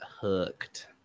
hooked